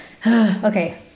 okay